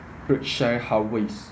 berkshire hathaway